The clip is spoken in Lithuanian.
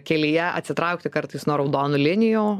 kelyje atsitraukti kartais nuo raudonų linijų